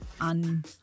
un